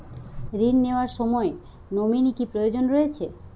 ঋণ নেওয়ার সময় নমিনি কি প্রয়োজন রয়েছে?